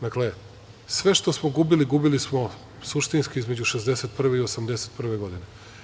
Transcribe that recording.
Dakle, sve što smo gubili, gubili smo suštinski između 1961. i 1981. godine.